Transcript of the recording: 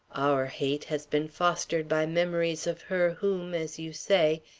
our hate has been fostered by memories of her whom, as you say,